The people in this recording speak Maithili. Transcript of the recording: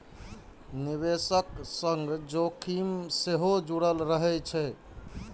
निवेशक संग जोखिम सेहो जुड़ल रहै छै